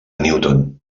newton